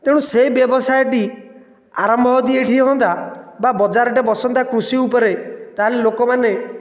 ତେଣୁ ସେ ବ୍ୟବସାୟ ଟି ଆରମ୍ଭ ଯଦି ଏଠି ହୁଅନ୍ତା ବା ବଜାରଟେ ବସନ୍ତା କୃଷି ଉପରେ ତାହେଲେ ଲୋକମାନେ